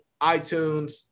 iTunes